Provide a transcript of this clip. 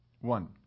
One